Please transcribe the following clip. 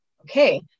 okay